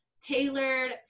tailored